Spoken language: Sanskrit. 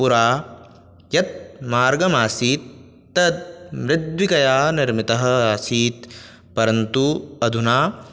पुरा यत् मार्गमासीत् तद् मृद्विकया निर्मितः आसीत् परन्तु अधुना